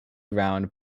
round